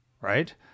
right